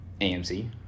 AMC